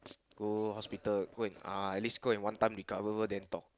go hospital go and uh least go and one time recover then talk